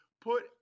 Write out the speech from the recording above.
Put